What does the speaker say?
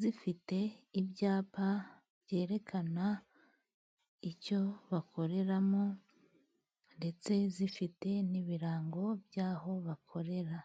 zifite ibyapa byerekana icyo bakoreramo, ndetse zifite n'ibirango by’aho bakorera.